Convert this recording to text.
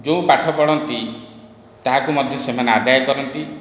ଯେଉଁ ପାଠ ପଢ଼ନ୍ତି ତାହାକୁ ମଧ୍ୟ ସେମାନେ ଆଦାୟ କରନ୍ତି